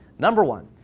number one,